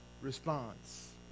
response